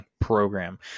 program